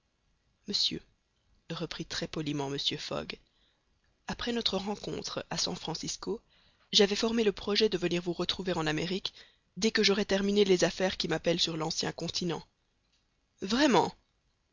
monsieur reprit très poliment mr fogg après notre rencontre à san francisco j'avais formé le projet de venir vous retrouver en amérique dès que j'aurais terminé les affaires qui m'appellent sur l'ancien continent vraiment